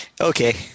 Okay